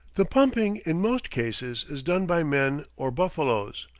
the pumping in most cases is done by men or buffaloes,